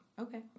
Okay